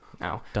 no